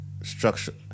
Structure